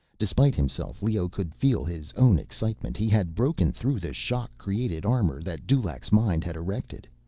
despite himself, leoh could feel his own excitement. he had broken through the shock-created armor that dulaq's mind had erected!